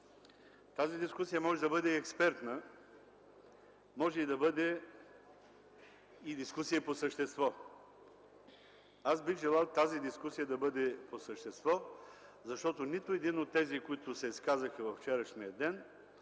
Тази дискусия може да бъде експертна, може да бъде и дискусия по същество. Аз бих желал тази дискусия да бъде по същество, защото нито един от тези, които се изказаха във вчерашния ден,